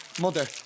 Mother